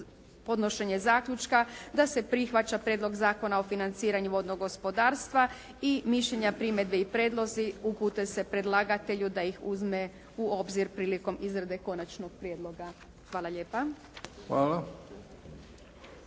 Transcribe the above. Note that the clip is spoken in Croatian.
podnošenje zaključka da se prihvaća Prijedlog zakona o financiranju vodnog gospodarstva i mišljenja, primjedbe i prijedlozi upute se predlagatelju da ih uzme u obzir prilikom izrade konačnog prijedloga. Hvala lijepa.